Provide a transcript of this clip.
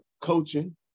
coaching